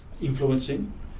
influencing